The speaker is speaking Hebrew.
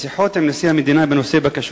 משיחות עם נשיא המדינה בנושא בקשות